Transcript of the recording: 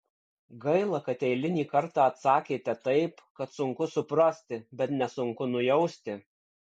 gaila kad eilinį kartą atsakėte taip kad sunku suprasti bet nesunku nujausti